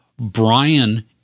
Brian